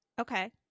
Okay